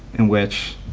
in which